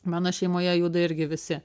mano šeimoje juda irgi visi